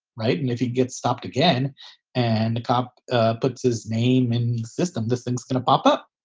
right. and if he gets stopped again and the cop ah puts his name in the system, this thing's going to pop up.